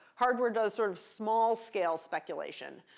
hardware does sort of small-scale speculation.